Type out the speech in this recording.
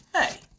Hey